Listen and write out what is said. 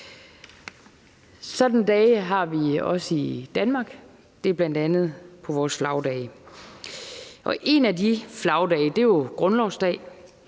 Sådanne dage har vi også i Danmark, og det er bl.a. vores flagdage. En af de flagdage er jo grundlovsdag,